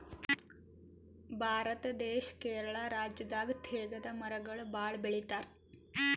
ಭಾರತ ದೇಶ್ ಕೇರಳ ರಾಜ್ಯದಾಗ್ ತೇಗದ್ ಮರಗೊಳ್ ಭಾಳ್ ಬೆಳಿತಾರ್